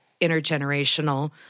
intergenerational